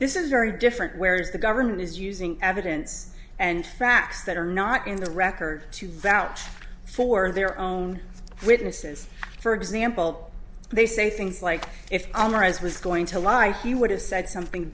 this is very different whereas the government is using evidence and facts that are not in the record to vouch for their own witnesses for example they say things like if i were as was going to lie he would have said something